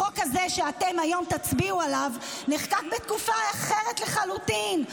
החוק הזה שאתם היום תצביעו עליו נחקק בתקופה אחרת לחלוטין.